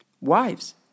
wives